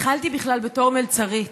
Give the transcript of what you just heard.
התחלתי בכלל בתור מלצרית,